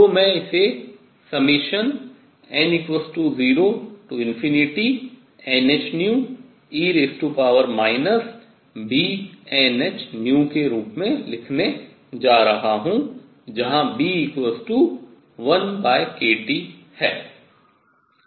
तो मैं इसे n0nhνe βnhν के रूप में लिखने जा रहा हूँ